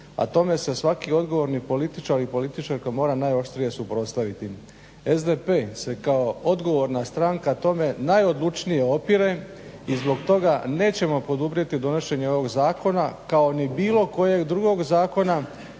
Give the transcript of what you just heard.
a tome se svaki odgovorni političar i političarka mora najoštrije suprotstaviti. SDP se kao odgovorna stranka tome najodlučnije opire i zbog toga nećemo poduprijeti donošenje ovoga zakona kao ni bilo kojeg drugog zakona